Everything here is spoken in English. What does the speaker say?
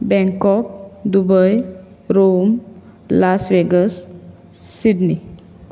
Bangkok Dubai Rome Las Vegas Sydney